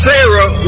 Sarah